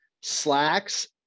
slacks